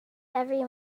every